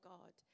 God